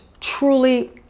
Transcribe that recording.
truly